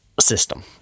system